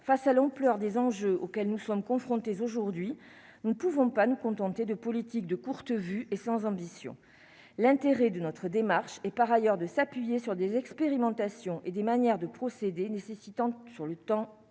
face à l'ampleur des enjeux auxquels nous sommes confrontés aujourd'hui, nous ne pouvons pas nous contenter de politiques de courte vue et sans ambition, l'intérêt de notre démarche et par ailleurs de s'appuyer sur des expérimentations et des manières de procéder nécessitant sur le temps,